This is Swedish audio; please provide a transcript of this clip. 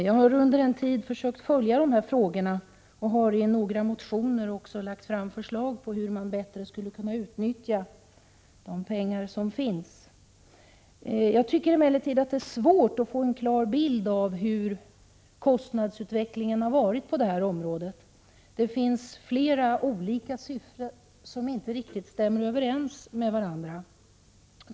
Jag har under en tid försökt följa dessa frågor och har i några motioner lagt fram förslag om hur man bättre skulle kunna använda de pengar som står till förfogande. Men det är svårt att få en klar bild av hur kostnadsutvecklingen har varit på detta område. Flera siffror stämmer inte med varandra.